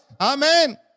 Amen